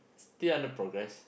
still under progress